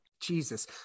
Jesus